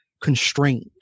constrained